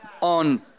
on